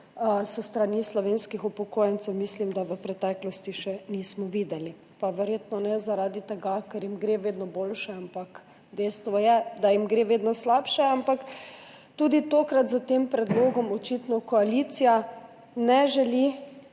s strani slovenskih upokojencev, mislim, da v preteklosti še nismo videli. Pa verjetno ne zaradi tega, ker jim gre vedno boljše, ampak dejstvo je, da jim gre vedno slabše, ampak tudi tokrat s tem predlogom očitno koalicija ne želi